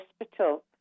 hospital